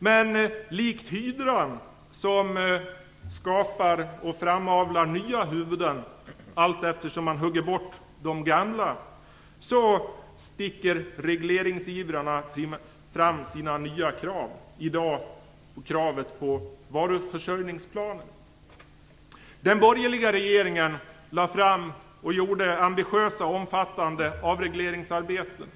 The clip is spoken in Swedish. Men likt hydran, som skapar och framavlar nya huvuden allteftersom man hugger bort de gamla, sticker regleringsivrarna i dag fram sina nya krav på varuförsörjningsplaner. Den borgerliga regeringen föreslog och genomförde ambitiösa och omfattande avregleringsarbeten.